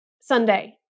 Sunday